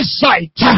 sight